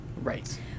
Right